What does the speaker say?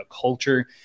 culture